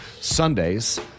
Sundays